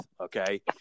Okay